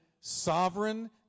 sovereign